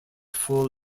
full